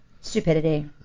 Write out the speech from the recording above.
Stupidity